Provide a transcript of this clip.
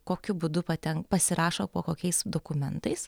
kokiu būdu paten pasirašo po kokiais dokumentais